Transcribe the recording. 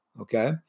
Okay